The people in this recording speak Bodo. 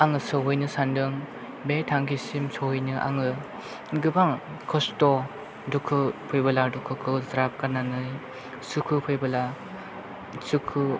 आङो सौहैनो सानदों बे थांखिसिम सौहैनो आङो गोबां खस्थ' दुखु फैबोला दुखुखौ ज्राब गारनानै सुखु फैबोला सुखु